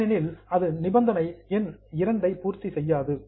ஏனெனில் அது நிபந்தனை எண் 2 ஐ பூர்த்தி செய்யாது